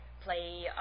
play